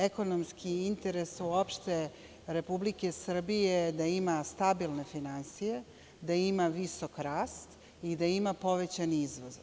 Ekonomski interes uopšte Republike Srbije je da ima stabilne finansije, da ima visok rast i da ima povećan izvoz.